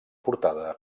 portada